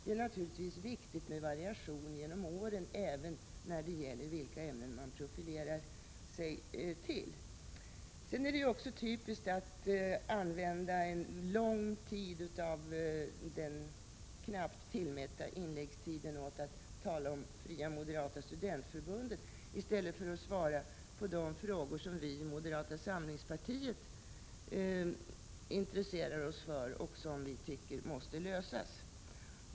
Det är naturligtvis viktigt med variation genom åren, även när det gäller vilka ämnen man profilerar sig i. Det är typiskt att använda en lång tid av den knappt tillmätta inläggstiden till att tala om Fria moderata studentförbundet, i stället för att svara på de frågor som vi i moderata samlingspartiet intresserar oss för och som vi tycker måste lösas.